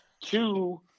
two